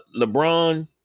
LeBron